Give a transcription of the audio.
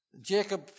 Jacob